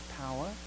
power